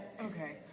Okay